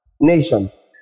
Nations